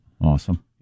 Awesome